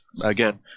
again